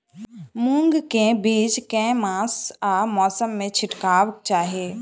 मूंग केँ बीज केँ मास आ मौसम मे छिटबाक चाहि?